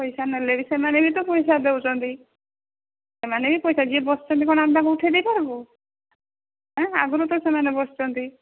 ପଇସା ନେଲେ ବି ସେମାନେ ବି ତ ପଇସା ଦେଉଛନ୍ତି ସେମାନେ ବି ପଇସା ଯିଏ ବସିଛନ୍ତି କ'ଣ ଆମେ ତାଙ୍କୁ ଉଠେଇ ଦେଇ ପାରିବୁ ଏଁ ଆଗରୁ ତ ସେମାନେ ବସିଛନ୍ତି